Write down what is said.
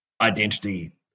identity